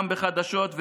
גם בחדשות.